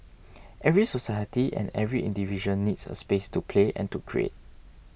every society and every individual needs a space to play and to create